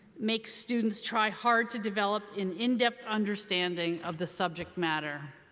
makes students try hard to develop an in depth understanding of the subject matter.